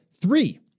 Three